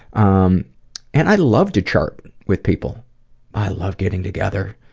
um and i love to chart with people i love getting together,